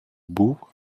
був